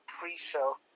pre-show